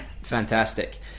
Fantastic